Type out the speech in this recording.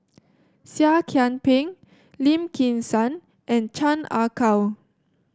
Seah Kian Peng Lim Kim San and Chan Ah Kow